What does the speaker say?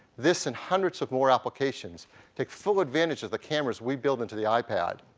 this and hundreds of more applications take full advantage of the cameras we've built into the ipad.